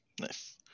Nice